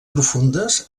profundes